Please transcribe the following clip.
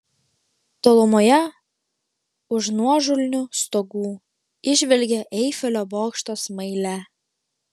tolumoje už nuožulnių stogų įžvelgė eifelio bokšto smailę